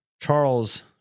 Charles